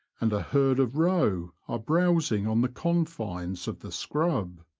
and a herd of roe are browsing on the confines of the scrub.